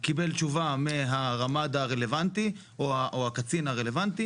קיבל תשובה מהרמ"ד הרלוונטי או הקצין הרלוונטי